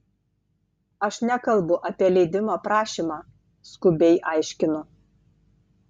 aš nekalbu apie leidimo prašymą skubiai aiškinu